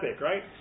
right